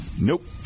Nope